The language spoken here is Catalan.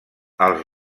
els